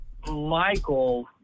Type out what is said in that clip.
michael